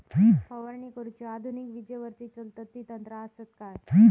फवारणी करुची आधुनिक विजेवरती चलतत ती यंत्रा आसत काय?